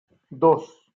dos